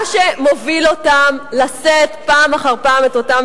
מה שמוביל אותם לשאת פעם אחר פעם את אותם